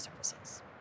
services